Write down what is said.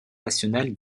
national